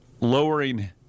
lowering